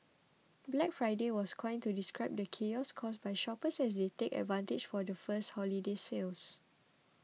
Black Friday was coined to describe the chaos caused by shoppers as they take advantage of the first holiday sales